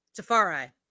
Tafari